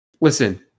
Listen